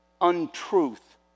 untruth